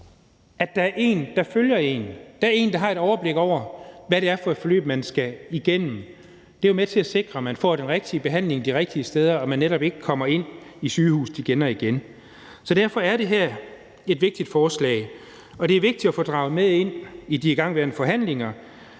at der er en, der følger en, der er en, der har et overblik over, hvad det er for et forløb, man skal igennem, er med til at sikre, at man får den rigtige behandling de rigtige steder, og at man netop ikke kommer ind på sygehuset igen og igen. Derfor er det her et vigtigt forslag, og det er vigtigt at få draget med ind i de igangværende forhandlinger,